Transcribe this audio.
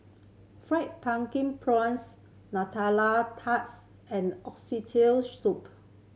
Fried Pumpkin Prawns Nutella tarts and soup